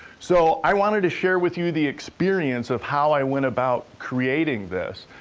so i wanted to share with you the experience of how i went about creating this,